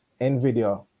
Nvidia